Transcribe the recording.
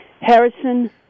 Harrison